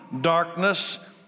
darkness